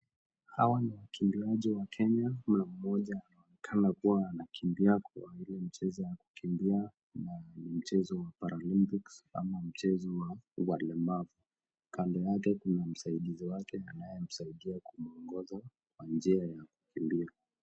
Hawa ni wakimbiaji wa kenya. Kuna mmoja anaonekana kuwa anakimbia kwa ile mchezo wa kukimbia, ni mchezo wa paralympics ama mchezo wa walemavu. Kando yake kuna msaidizi anayemuongoza kwa njia ya kukimbia.